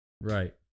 Right